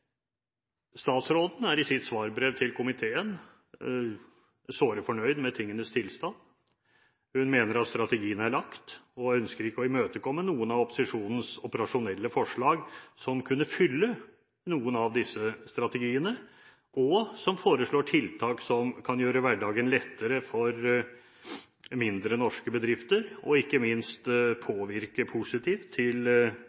Statsråden er i sitt svarbrev til komiteen såre fornøyd med tingenes tilstand. Hun mener at strategien er lagt, og ønsker ikke å imøtekomme noen av opposisjonens operasjonelle forslag som kunne fylle noen av disse strategiene, som foreslår tiltak som kan gjøre hverdagen lettere for mindre norske bedrifter, og som ikke minst